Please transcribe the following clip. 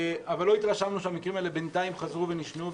אבל לא התרשמנו שהמקרים האלה בינתיים חזרו ונשנו,